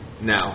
now